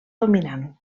dominant